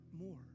more